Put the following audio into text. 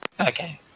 Okay